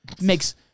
Makes